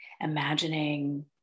imagining